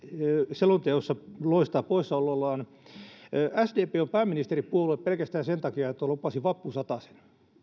selonteossa loistaa poissaolollaan sdp on pääministeripuolue pelkästään sen takia että lupasi vappusatasen